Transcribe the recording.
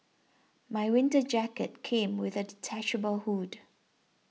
my winter jacket came with a detachable hood